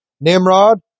Nimrod